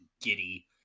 giddy